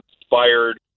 inspired